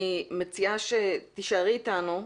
אני מציעה שתישארי אתנו ותקשיבי.